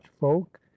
folk